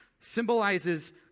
symbolizes